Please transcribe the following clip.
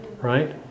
right